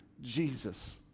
Jesus